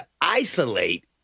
isolate